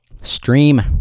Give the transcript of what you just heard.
Stream